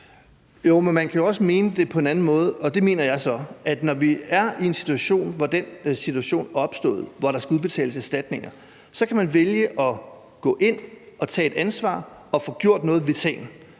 Jensen): Man kan jo også mene det på en anden måde, og det mener jeg så. Jeg mener, at når vi er der, hvor den situation er opstået og der skal udbetales erstatninger, kan man vælge at gå ind at tage et ansvar og få gjort noget ved